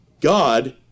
God